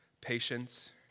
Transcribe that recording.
patience